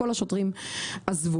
כל השוטרים עזבו.